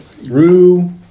Rue